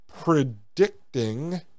predicting